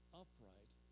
upright